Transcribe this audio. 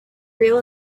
real